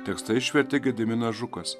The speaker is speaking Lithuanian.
tekstą išvertė gediminas žukas